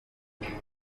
kimaze